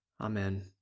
Amen